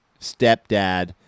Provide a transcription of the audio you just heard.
stepdad